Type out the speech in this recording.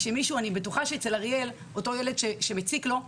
אני בטוחה שהילד שמציק לא',